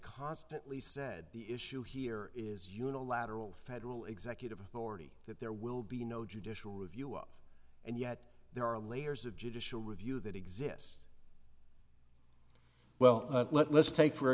constantly said the issue here is unilateral federal executive authority that there will be no judicial review up and yet there are layers of judicial review that exist well let's take for